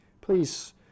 Please